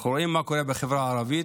אנחנו רואים מה קורה בחברה הערבית,